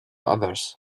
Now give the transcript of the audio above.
others